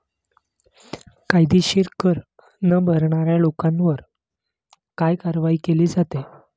कायदेशीर कर न भरणाऱ्या लोकांवर काय कारवाई केली जाते?